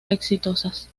exitosas